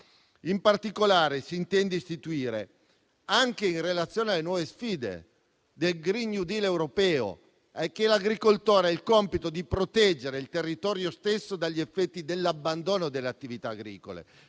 In particolare si intende promuovere l'idea, anche in relazione alle nuove sfide del *Green new deal* europeo, che l'agricoltore ha il compito di proteggere il territorio stesso dagli effetti dell'abbandono delle attività agricole,